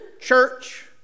church